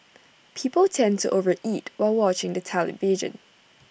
people tend to over eat while watching the television